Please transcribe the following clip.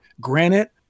Granite